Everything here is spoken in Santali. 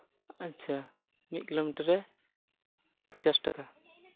ᱟᱪᱪᱷᱟ ᱢᱤᱫ ᱠᱤᱞᱳᱢᱤᱴᱟᱨ ᱨᱮ ᱯᱚᱸᱪᱟᱥ ᱴᱟᱠᱟ